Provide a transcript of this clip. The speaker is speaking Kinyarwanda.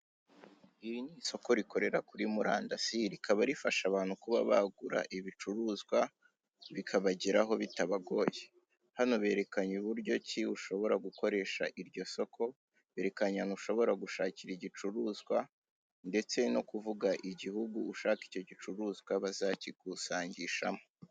Iri ni isoko rikorera kuri Murandasi rikaba rifasha abantu kuba bagura ibicuruzwa bikabageraho bitabagoye, hano berekanye uburyo ki ushobora gukoresha iryo soko, berekanye ahantu ushobora gushakira igicuruzwa, ndetse no kuvuga igihugu ushaka icyo gicuruzwa bazakikusangishashamo.